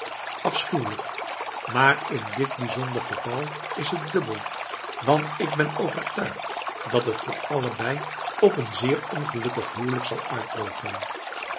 afschuwelijk maar in dit bijzonder geval is het dubbel want ik ben overtuigd dat het voor allebei op een zeer ongelukkig huwelijk zal uitlopen